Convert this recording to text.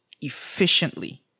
efficiently